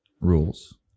rules